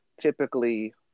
Typically